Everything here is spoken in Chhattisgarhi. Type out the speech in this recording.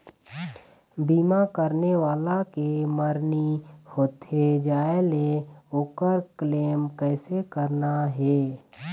बीमा करने वाला के मरनी होथे जाय ले, ओकर क्लेम कैसे करना हे?